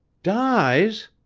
dies?